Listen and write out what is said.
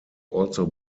also